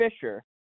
Fisher